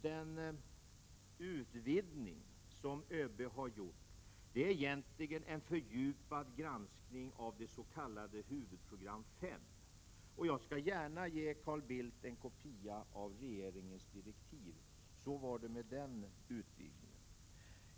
Den utvidgning ÖB har gjort är egentligen en fördjupad granskning av det s.k. huvudprogram 5. Så är det med den utvidgningen. Jag skall gärna ge Carl Bildt en kopia av regeringens direktiv.